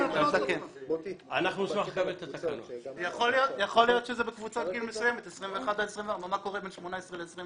יכול להיות שזה בקבוצת גיל מסוימת 21-24. מה קורה בין 18 ל-21?